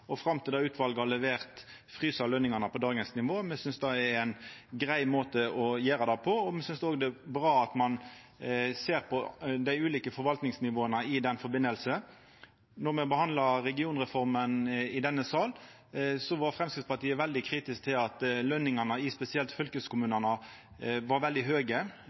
og, fram til det utvalet har levert sin rapport, frysa løningane på dagens nivå. Me synest det er ein grei måte å gjera det på. Me synest også det er bra at ein ser på dei ulike forvaltningsnivåa i den forbindelse. Då me behandla regionreforma i denne sal, var Framstegspartiet veldig kritisk til at løningane i spesielt fylkeskommunane var veldig høge.